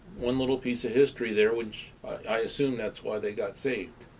one little piece of history there which, i assume that's why they got saved.